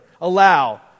allow